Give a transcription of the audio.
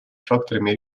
факторами